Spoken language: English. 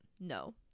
no